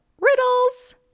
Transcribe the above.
riddles